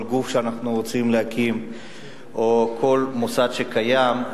כל גוף שאנחנו רוצים להקים או כל מוסד שקיים,